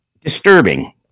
disturbing